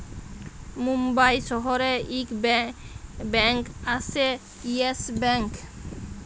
বোম্বাই শহরে ইক ব্যাঙ্ক আসে ইয়েস ব্যাঙ্ক